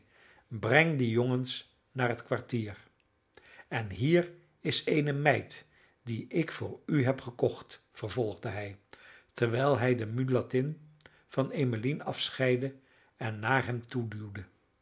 breng die jongens naar het kwartier en hier is eene meid die ik voor u heb gekocht vervolgde hij terwijl hij de mulattin van emmeline afscheidde en naar hem